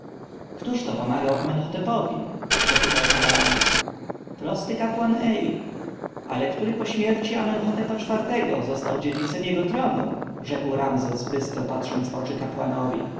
kto to pomagał amenhotepowi zapytał faraon prosty kapłan ey ale który po śmierci amenhotepa iv-go został dziedzicem jego tronu rzekł ramzes bystro patrząc w oczy